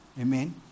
Amen